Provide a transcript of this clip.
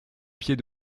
pied